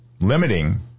limiting